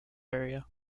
area